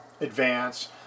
advance